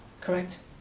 Correct